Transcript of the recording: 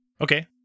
Okay